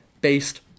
based